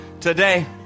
today